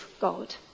God